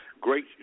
great